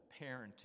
parenting